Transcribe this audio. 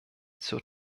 zur